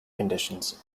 conditions